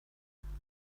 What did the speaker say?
cadair